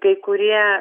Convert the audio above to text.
kai kurie